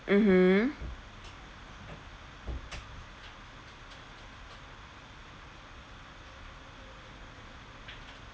mmhmm